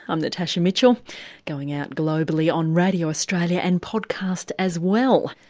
i'm natasha mitchell going out globally on radio australia and podcast as well.